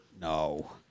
No